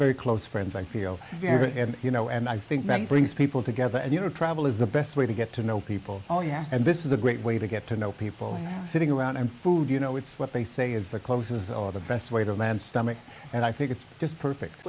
very close friends i feel very you know and i think that brings people together and you know travel is the best way to get to know people oh yeah and this is a great way to get to know people sitting around and food you know it's what they say is the closers or the best way to land stomachs and i think it's just perfect